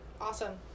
Awesome